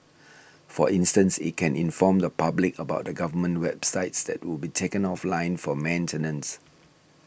for instance it can inform the public about the government websites that would be taken offline for maintenance